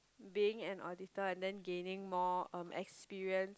being an auditor and then gaining more um experience